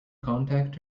contact